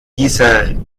dieser